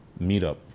meetup